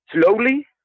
Slowly